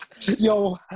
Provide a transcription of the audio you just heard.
Yo